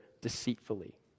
deceitfully